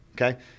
okay